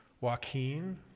Joaquin